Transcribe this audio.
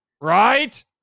Right